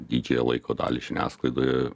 didžiąją laiko dalį žiniasklaidoje